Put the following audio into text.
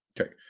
Okay